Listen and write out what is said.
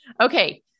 Okay